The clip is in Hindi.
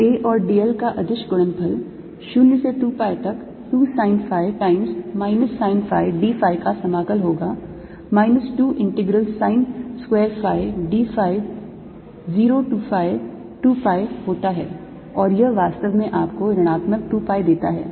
तो A और d l का अदिश गुणनफल 0 से 2 pi तक 2 sine phi times minus sine phi d phi का समाकल होगा minus 2 integral sine square phi d phi 0 to phi 2 pi होता है और यह वास्तव में आपको ऋणात्मक 2 pi देता है